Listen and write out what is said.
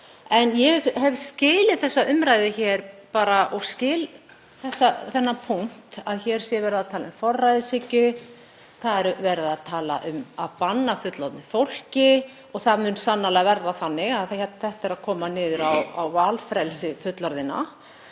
Ég skil þessa umræðu hér og skil þennan punkt, að hér sé verið að tala um forræðishyggju. Það er verið að tala um að banna fullorðnu fólki og það mun sannarlega verða þannig að þetta mun koma niður á valfrelsi fullorðinna.